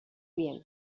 bien